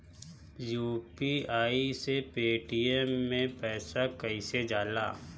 UPI से Paytm मे पैसा कइसे जाला?